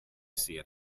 seria